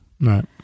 Right